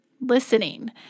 listening